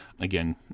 again